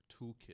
toolkit